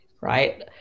right